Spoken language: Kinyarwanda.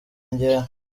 njyewe